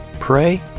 Pray